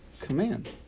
command